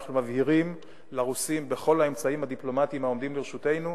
ואנחנו מבהירים לרוסים בכל האמצעים הדיפלומטיים העומדים לרשותנו,